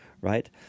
right